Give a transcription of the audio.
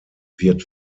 wird